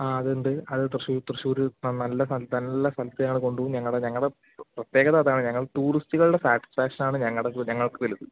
ആ അത് ഉണ്ട് അത് തൃശ്ശൂർ തൃശ്ശൂർ നല്ല നല്ല സ്ഥലത്തു ഞങ്ങൾ കൊണ്ടുപോവും ഞങ്ങളുടെ ഞങ്ങളുടെ പ്രത്യേകത അതാണ് ഞങ്ങൾ ടൂറിസ്റ്റുകളുടെ സാറ്റിസ്ഫാക്ഷൻ ആണ് ഞങ്ങളുടെ ഞങ്ങൾക്ക് വലുത്